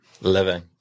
Living